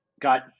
got